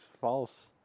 false